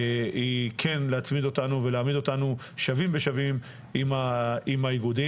כן להצמיד אותנו ולהעמיד אותנו שווים בשווים עם האיגודים.